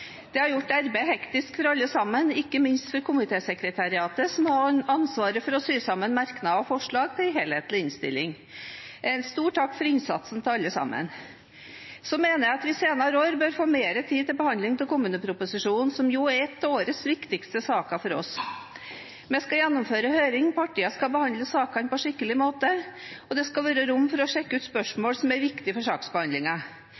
Det har gjort arbeidet hektisk for alle sammen, ikke minst for komitésekretariatet, som har ansvar for å sy sammen merknader og forslag til en helhetlig innstilling. En stor takk for innsatsen til alle sammen. Jeg mener at vi senere år bør få mer tid til behandling av kommuneproposisjonen, som jo er en av årets viktigste saker for oss. Vi skal gjennomføre høring, partiene skal behandle saken på skikkelig måte, og det skal være rom for å sjekke ut